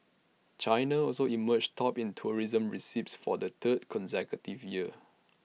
China also emerged top in tourism receipts for the third consecutive year